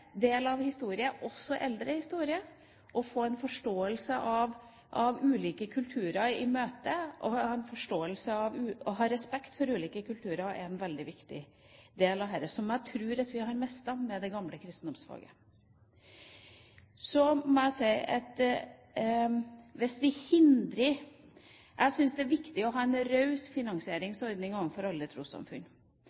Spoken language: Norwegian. av historien, også eldre historie, og å få en forståelse av og respekt for ulike kulturer, er en veldig viktig del av dette, som jeg tror at vi har mistet med det gamle kristendomsfaget. Jeg syns det er viktig å ha en raus finansieringsordning overfor alle trossamfunn. Et forsøk på å hindre religionsutøvelse tror jeg vil være ved på bålet i forhold til en